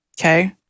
okay